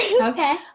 Okay